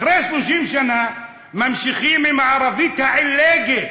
אחרי 30 שנה ממשיכים עם הערבית העילגת,